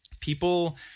People